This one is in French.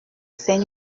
c’est